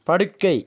படுக்கை